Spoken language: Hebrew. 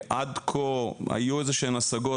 עד כה היו איזשהן השגות,